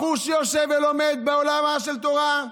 בחור שיושב ולומד בעולמה של תורה,